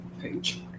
page